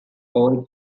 all